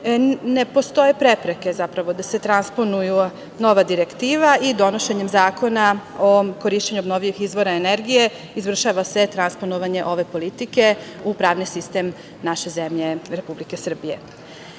postoje prepreke, zapravo da se transponuje nova direktiva i donošenjem zakona o korišćenju obnovljivih izvora energije izvršava se transponovanje ove politike u pravni sistem naše zemlje Republike